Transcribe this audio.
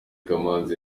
kamanzi